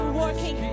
working